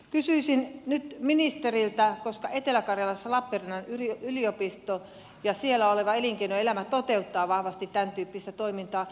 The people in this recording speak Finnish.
kysyisin nyt ministeriltä koska etelä karjalassa lappeenrannan yliopisto ja siellä oleva elinkeinoelämä toteuttavat vahvasti tämäntyyppistä toimintaa